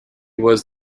was